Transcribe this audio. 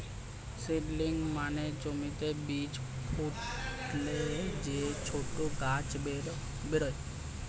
seedling মানে জমিতে বীজ ফুটলে যে ছোট গাছ বেরোয়